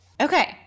Okay